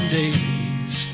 days